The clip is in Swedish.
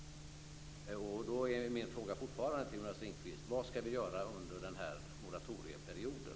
Då är min fråga fortfarande till Jonas Ringqvist: Vad skall vi göra under moratorieperioden?